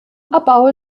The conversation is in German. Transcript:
abbau